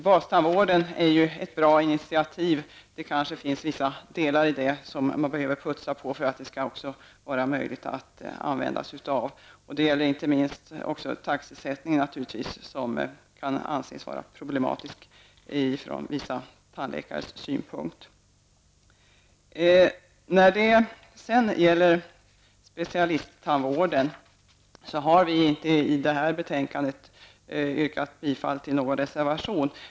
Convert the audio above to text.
Bastandvården är ju ett bra initiativ. Det kanske finns vissa delar därvidlag som man behöver putsa på för att detta initiativ också skall vara användbart. Det gäller naturligtvis inte minst taxesättningen, som kan vara problematisk från vissa tandläkares synpunkt. I fråga om specialisttandvården yrkar vi inte bifall till någon reservation i det här betänkandet.